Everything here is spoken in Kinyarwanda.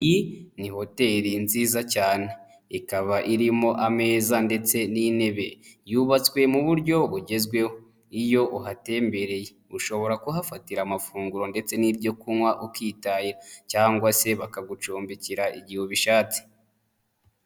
Iyi ni hoteri nziza cyane ikaba irimo ameza ndetse n'intebe, yubatswe mu buryo bugezweho iyo uhatembereye ushobora kuhafatira amafunguro ndetse n'ibyo kunywa ukitahira cyangwa se bakagucumbikira igihe ubishatse.